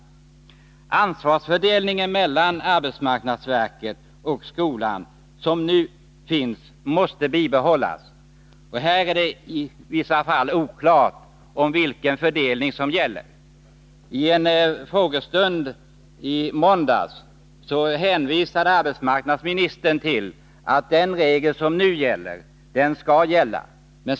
Den ansvarsfördelning mellan arbetsmarknadsverket och skolan som nu finns måste bibehållas. Det är i vissa fall oklart hur fördelningen skall vara. I en frågestund i måndags 4 hänvisade arbetsmarknadsministern till att den regel som nu gäller skall gälla.